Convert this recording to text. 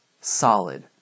solid